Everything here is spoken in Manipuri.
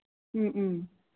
ꯎꯝ ꯎꯝ